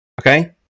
Okay